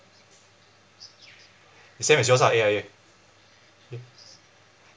the same as yours ah A_I_A A~